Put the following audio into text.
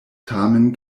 tamen